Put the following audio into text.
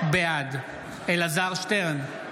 בעד אלעזר שטרן,